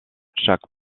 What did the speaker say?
chaque